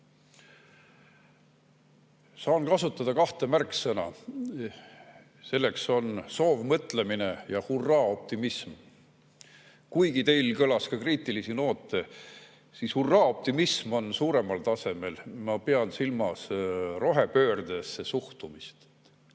Saan kasutada kahte märksõna: nendeks on soovmõtlemine ja hurraa-optimism. Kuigi teilt kõlas ka kriitilisi noote, siis hurraa-optimism on kõrgemal tasemel. Ma pean silmas rohepöördesse suhtumist.